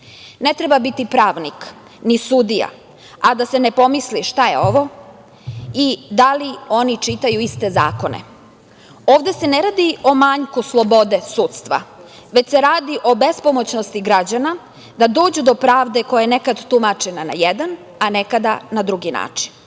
treba biti pravnik ni sudija, a da se ne pomisli šta je ovo i da li oni čitaju iste zakone. Ovde se ne radi o manjku slobode sudstva, već se radi o bespomoćnosti građana da dođu do pravde koja je nekad tumačena na jedan, a nekada na drugi način. Sudija